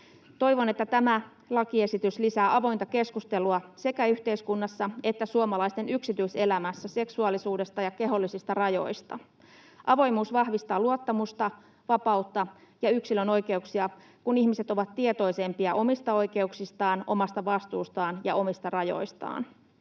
Toivon, että tämä lakiesitys lisää avointa keskustelua sekä yhteiskunnassa että suomalaisten yksityiselämässä seksuaalisuudesta ja kehollisista rajoista. Avoimuus vahvistaa luottamusta, vapautta ja yksilön oikeuksia, kun ihmiset ovat tietoisempia omista oikeuksistaan, omasta vastuustaan ja omista rajoistaan.